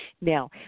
Now